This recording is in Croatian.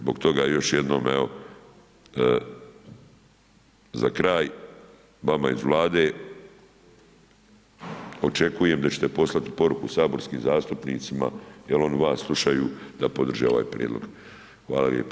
Zbog toga još jednom evo kraj vama iz Vlade očekujem da ćete poslati poruku saborskim zastupnicima jer oni vas slušaju da podrže ovaj prijedlog, hvala lijepa.